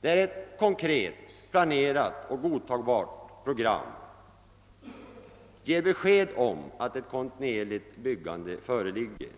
där ett konkret planerat och godtagbart program visar att behov av ett kontinuerligt byggande föreligger.